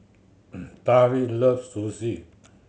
Tari loves Sushi